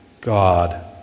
God